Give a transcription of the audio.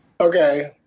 Okay